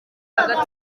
hagati